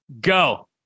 go